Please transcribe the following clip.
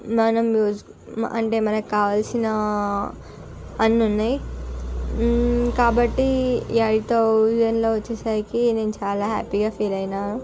మనం ఉస్క్ అంటే మనకు కావలసిన అన్నీ ఉన్నాయి కాబట్టి ఎయిట్ థౌసన్లో వచ్చేసరికి నేను చాలా హ్యాపీగా ఫీల్ అయినా